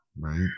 Right